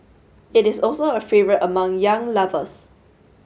it is also a favourite among young lovers